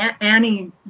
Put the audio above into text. Annie